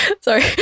Sorry